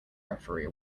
referee